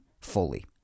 fully